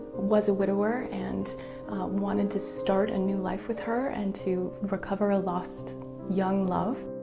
was a widower and wanted to start a new life with her and to recover a lost young love.